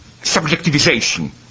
subjectivization